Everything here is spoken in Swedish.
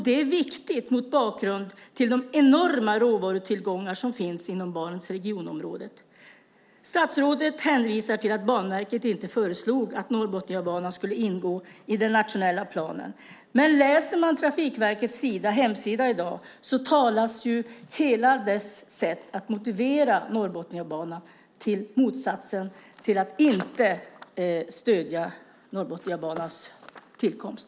Det är viktigt, mot bakgrund av de enorma råvarutillgångar som finns inom Barentsområdet. Statsrådet hänvisar till att Banverket inte föreslog att Norrbotniabanan skulle ingå i den nationella planen. Men läser man Trafikverkets hemsida i dag talar hela dess sätt att motivera Norrbotniabanan för motsatsen till att inte stödja Norrbotniabanans tillkomst.